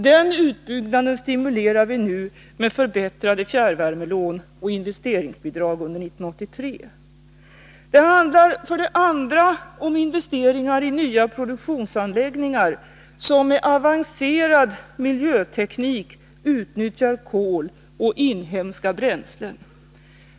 Den utbyggnaden stimulerar vi nu med förbättrade fjärrvärmelån och investeringsbidrag under 1983. Det handlar för det andra om investeringar i nya produktionsanläggningar, som med avancerad miljöteknik utnyttjar kol och inhemska bränslen.